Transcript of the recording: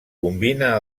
combina